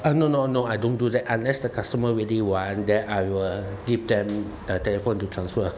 uh no no no I don't do that unless the customer really want then I will give them the telephone to transfer